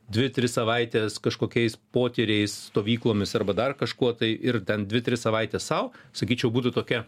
dvi tris savaites kažkokiais potyriais stovyklomis arba dar kažkuo tai ir ten dvi tris savaites sau sakyčiau būtų tokia